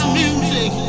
music